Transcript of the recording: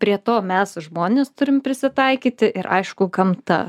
prie to mes žmonės turim prisitaikyti ir aišku gamta